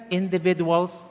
individuals